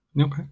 okay